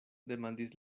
demandis